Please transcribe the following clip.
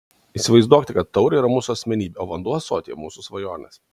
įsivaizduokite kad taurė yra mūsų asmenybė o vanduo ąsotyje mūsų svajonės